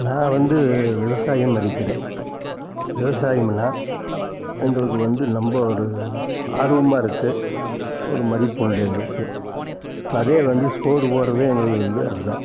நான் வந்து விவசாயம் மதிக்கிறேன் விவசாயம்னால் எங்களுக்கு வந்து ரொம்ப ஒரு ஆர்வமாக இருக்குது ஒரு மதிப்பு உண்டு எங்களுக்கு இப்போ அதே வந்து சோறு போடுறதே எங்களுக்கு வந்து அது தான்